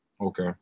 okay